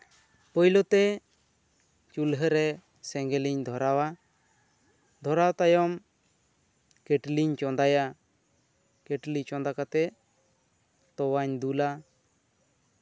ᱯᱳᱭᱞᱳ ᱛᱮ ᱪᱩᱞᱦᱟᱹ ᱨᱮ ᱥᱮᱸᱜᱮᱞᱤᱧ ᱫᱷᱚᱨᱟᱣᱟ ᱫᱷᱚᱨᱟᱣ ᱛᱟᱭᱚᱢ ᱠᱮᱴᱞᱤᱧ ᱪᱚᱸᱫᱟᱭᱟ ᱠᱮᱴᱞᱤ ᱪᱟᱸᱫᱟ ᱠᱟᱛᱮ ᱛᱚᱣᱟᱧ ᱫᱩᱞᱟ